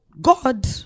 God